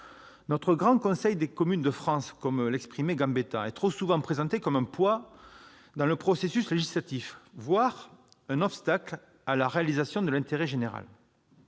Notre « grand Conseil des communes de France », comme l'exprimait Gambetta, est trop souvent présenté comme un poids dans le processus législatif, voire un obstacle à la réalisation de l'intérêt général.